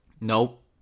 Nope